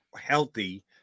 healthy